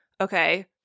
Okay